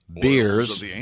beers